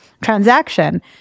transaction